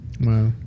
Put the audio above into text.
wow